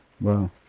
Wow